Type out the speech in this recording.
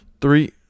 Three